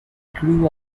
grew